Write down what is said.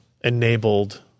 enabled